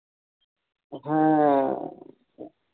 ᱦᱮᱸ